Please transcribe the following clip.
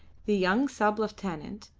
the young sub-lieutenant,